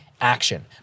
Action